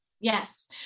yes